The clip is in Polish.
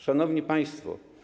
Szanowni Państwo!